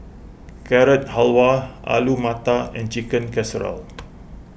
Carrot Halwa Alu Matar and Chicken Casserole